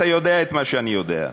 את מה שאני יודע.